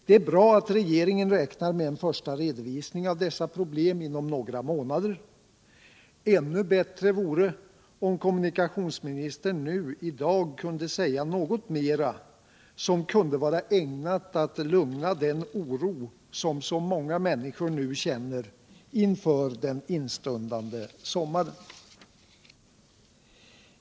Det är bra att regeringen räknar med en första redovisning av dessa problem inom några månader. Ännu bättre vore det om kommunikationsministern i dag kunde säga något mer som kunde vara ägnat att stilla den oro som så många människor känner inför den stundande sommaren.